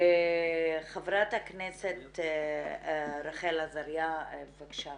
חברת הכנסת רחל עזריה, בבקשה.